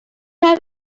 have